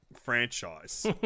franchise